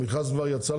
המכרז כבר יצא לפועל?